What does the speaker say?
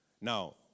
Now